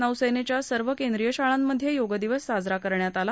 नौसेनेच्या सर्व केंद्रीय शाळांमधे योगदिन साजरा करण्यात आला